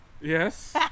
Yes